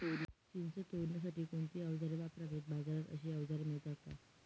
चिंच तोडण्यासाठी कोणती औजारे वापरावीत? बाजारात अशी औजारे मिळतात का?